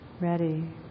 ready